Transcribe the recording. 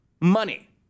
money